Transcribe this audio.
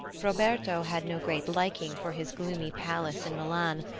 roberto had no great liking for his gloomy palace in milan,